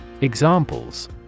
Examples